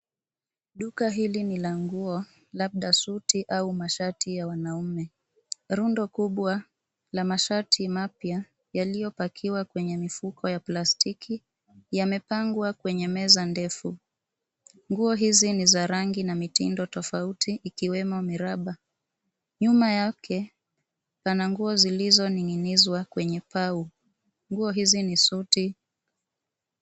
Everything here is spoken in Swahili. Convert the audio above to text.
Duka hili ni languo labda suti au mashati ya wanaume. Rundo kubwa la mashati mapya yaliyopakiwa kwenye mifuko ya plastiki yamepangwa kwenye meza ndefu. Nguo hizi ni za rangi na mitindo tofauti ikiwemo miraba. Nyuma yake pana nguo zilizoning'nizwa kwenye pau nguo hizi ni suti.